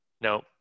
No